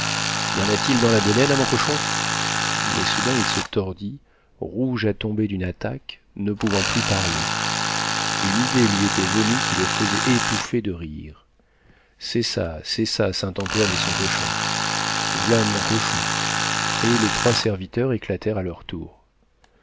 y en a-t-il dans la bedaine à mon cochon mais soudain il se tordit rouge à tomber d'une attaque ne pouvant plus parler une idée lui était venue qui le faisait étouffer de rire c'est ça c'est ça saint antoine et son cochon v'là mon cochon et les trois serviteurs éclatèrent à leur tour